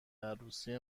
عروسی